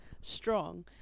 strong